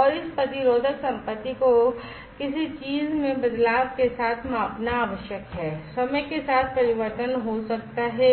और इस प्रतिरोधक संपत्ति को किसी चीज़ में बदलाव के साथ मापना आवश्यक है समय के साथ परिवर्तन हो सकता है